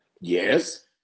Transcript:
Yes